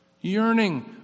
yearning